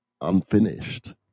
unfinished